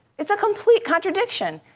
it's a complete contradiction.